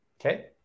Okay